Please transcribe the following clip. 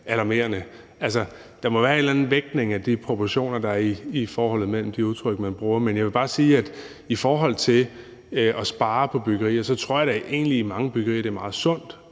eller anden vægtning af de proportioner, der er i forholdet mellem de udtryk, man bruger. Men jeg vil bare sige, at i forhold til at spare på byggerier tror jeg da egentlig, at det i